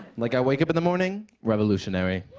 like i wake up in the morning, revolutionary.